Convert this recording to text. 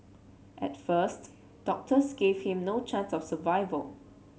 at first doctors gave him no chance of survival